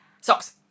Socks